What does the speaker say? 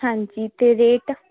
ਹਾਂਜੀ ਤੇ ਰੇਟ